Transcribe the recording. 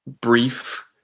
brief